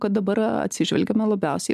kad dabar atsižvelgiama labiausi